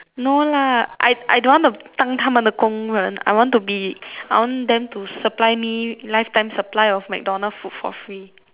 no lah I I don't want to 当他们的工人 I want to be I want them to supply me lifetime supply of McDonald food for free